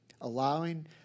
allowing